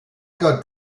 got